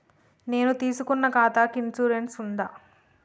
నేను తీసుకున్న ఖాతాకి ఇన్సూరెన్స్ ఉందా?